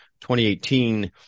2018